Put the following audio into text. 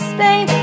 Spain